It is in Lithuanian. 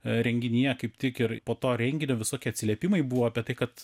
renginyje kaip tik ir po to renginio visokie atsiliepimai buvo apie tai kad